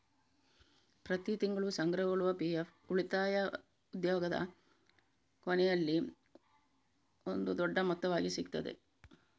ಪ್ರತಿ ತಿಂಗಳು ಸಂಗ್ರಹಗೊಳ್ಳುವ ಪಿ.ಎಫ್ ಉಳಿತಾಯ ಉದ್ಯೋಗದ ಕೊನೆಯಲ್ಲಿ ಒಂದು ದೊಡ್ಡ ಮೊತ್ತವಾಗಿ ಸಿಗ್ತದೆ